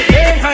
Hey